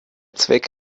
zweck